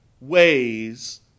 ways